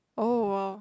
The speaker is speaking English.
oh !wah!